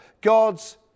God's